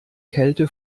kälte